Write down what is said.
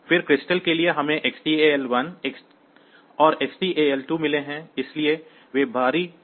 फिर क्रिस्टलों के लिए हमें Xtal 1 और Xtal 2 मिले हैं इसलिए वे बाहरी घड़ी प्रदान कर रहे हैं